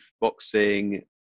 boxing